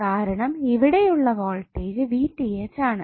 കാരണം ഇവിടെ ഉള്ള വോൾടേജ് ആണ്